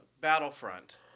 Battlefront